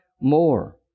more